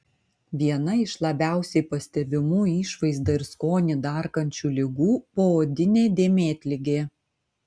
viena iš labiausiai pastebimų išvaizdą ir skonį darkančių ligų poodinė dėmėtligė